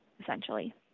essentially